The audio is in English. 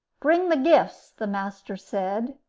bring the gifts, the master said.